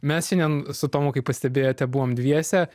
mes šiandien su tomu kaip pastebėjote buvom dviese